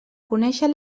conéixer